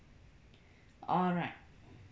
alright